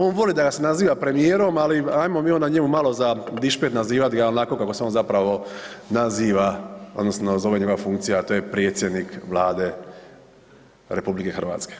On voli da ga se naziva premijerom, ali ajmo mi onda njemu malo za dišpet nazivat ga onako kako se on zapravo naziva odnosno zove njegova funkcija, a to je predsjednik Vlade RH.